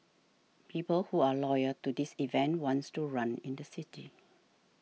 people who are loyal to this event wants to run in the city